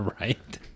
right